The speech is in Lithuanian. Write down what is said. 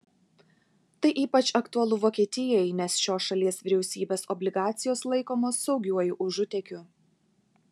tai ypač aktualu vokietijai nes šios šalies vyriausybės obligacijos laikomos saugiuoju užutėkiu